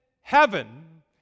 heaven